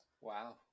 Wow